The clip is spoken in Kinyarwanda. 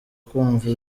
kumva